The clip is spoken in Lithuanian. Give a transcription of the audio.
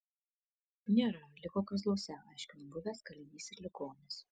nėra liko kazluose aiškina buvęs kalinys ir ligonis